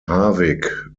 harvick